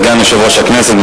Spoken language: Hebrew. סגן יושב-ראש הכנסת.